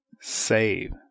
Save